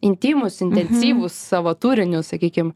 intymūs intensyvūs savo turiniu sakykim